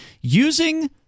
using